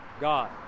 God